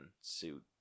suit